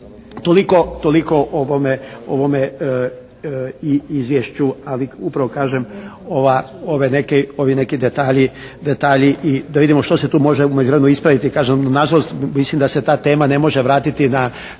Toliko o ovome izvješću, ali upravo kažem ova, ovi neki detalji i da vidimo što se tu može u međuvremenu ispraviti. Kažem nažalost mislim da se ta tema ne može vratiti u